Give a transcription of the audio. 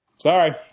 Sorry